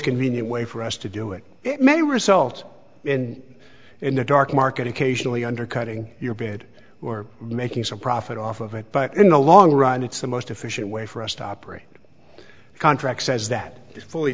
convenient way for us to do it it may result in in the dark market occasionally undercutting your bid or making some profit off of it but in the long run it's the most efficient way for us to operate contract says that is fully